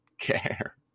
care